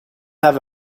have